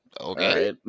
Okay